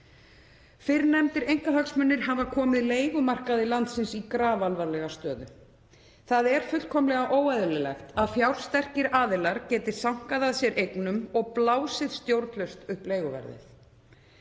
Fyrrnefndir einkahagsmunir hafa komið leigumarkaði landsins í grafalvarlega stöðu. Það er fullkomlega óeðlilegt að fjársterkir aðilar geti sankað að sér eignum og blásið stjórnlaust upp leiguverðið.